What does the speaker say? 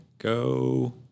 Go